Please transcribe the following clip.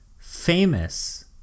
Famous